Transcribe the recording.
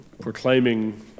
proclaiming